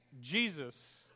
Jesus